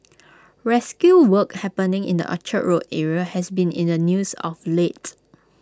rescue work happening in the Orchard road area has been in the news of lates